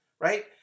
right